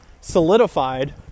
solidified